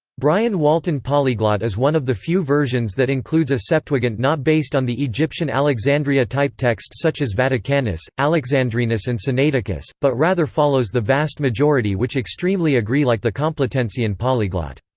brian walton polyglot is one of the few versions that includes a septuagint not based on the egyptian alexandria type text such as vaticanus, alexandrinus and sinaiticus, but rather follows the vast majority which extremely agree like the complutensian polyglot.